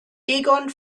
egon